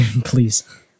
Please